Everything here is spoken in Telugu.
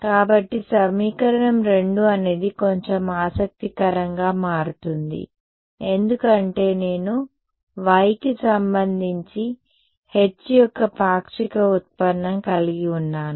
కాబట్టి సమీకరణం 2 అనేది కొంచెం ఆసక్తికరంగా మారుతుంది ఎందుకంటే నేను y కి సంబంధించి H యొక్క పాక్షిక ఉత్పన్నం కలిగి ఉన్నాను